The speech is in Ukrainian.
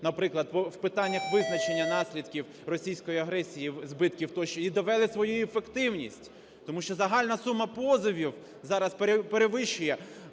наприклад в питаннях визначення наслідків російської агресії, збитків тощо, і довели свою ефективність. Тому що загальна сума позовів зараз перевищує